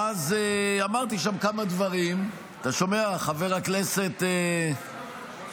אמרתי שם כמה דברים, אתה שומע, חבר הכנסת שירי?